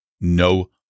no